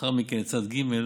ולאחר מכן לצד ג',